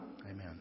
Amen